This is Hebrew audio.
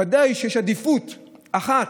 ודאי שיש עדיפות אחת,